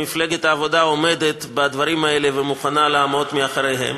מפלגת העבודה עומדת בדברים האלה ומוכנה לעמוד מאחוריהם.